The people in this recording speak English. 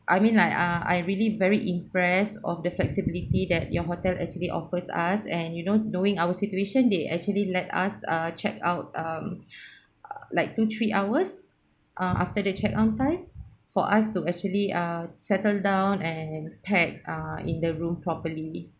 I mean like ah I really very impressed of the flexibility that your hotel actually offers us and you know knowing our situation they actually let us uh check out um like two three hours ah after the check out time for us to actually uh settled down and pack ah in the room properly